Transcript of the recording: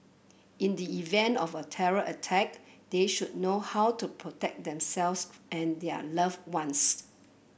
in the event of a terror attack they should know how to protect themselves and their loved ones